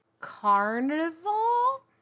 Carnival